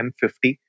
M50